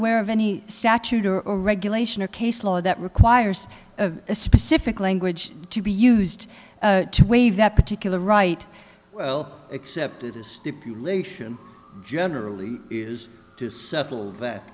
aware of any statute or a regulation or case law that requires a specific language to be used to waive that particular right well accepted a stipulation generally is to settle